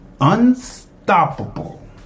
unstoppable